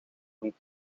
een